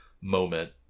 moment